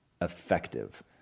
effective